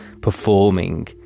performing